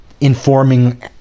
informing